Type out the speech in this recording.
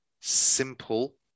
Simple